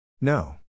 No